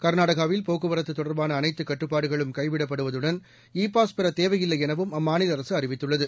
கர் நாடகா வில் போக்குவரத்து தொடர்பா ன அளைத்து கட்டுப்பாடுக்ளும் கைவிடப்படுவதுடன் இ பாஸ் பெற்ற தேவையபில்லை எனவபம் அம்மா நபில அரசு அறி வித்துள்ளது